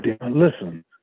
listen